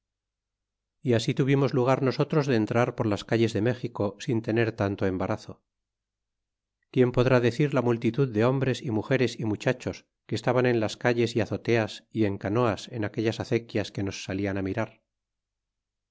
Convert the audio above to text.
y así tuvimos lugar nosotros de entrar por las calles de méxico sin tener tanto embarazo quién podrá decir la multitud de hombres y mugeres y muchachos que estaban en las calles a azoteas y en canoas en aquellas acequias que nos salian á mirar